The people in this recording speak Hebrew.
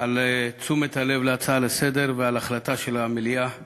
על תשומת הלב להצעה לסדר-היום ועל החלטה של המליאה ועל,